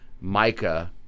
Micah